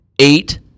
Eight